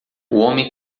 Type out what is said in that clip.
homem